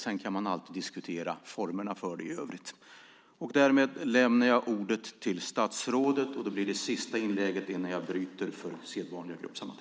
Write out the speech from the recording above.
Man kan alltid diskutera formerna för det i övrigt.